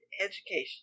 education